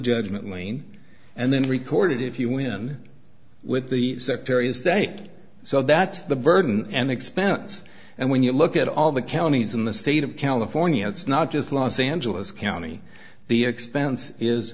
judgment lien and then record it if you win with the secretary of state so that's the burden and expense and when you look at all the counties in the state of california it's not just los angeles county the expense is